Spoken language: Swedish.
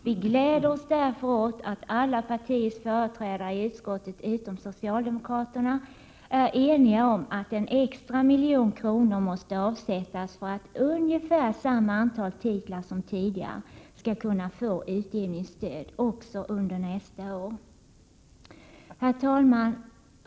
Vi gläder oss därför åt att alla partiers företrädare i utskottet — utom socialdemokraterna — är eniga om att en extra miljon kronor måste avsättas för att ungefär samma antal titlar som tidigare skall kunna få utgivningsstöd också under nästa år. Herr talman!